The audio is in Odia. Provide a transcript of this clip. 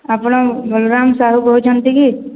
ଆପଣ ବଳରାମ ସାହୁ କହୁଛନ୍ତି କି